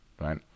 right